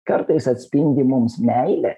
kartais atspindi mums meilę